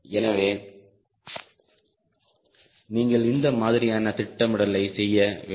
எனவே நீங்கள் இந்த மாதிரியான திட்டமிடலை செய்ய வேண்டும்